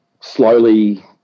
slowly